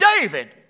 David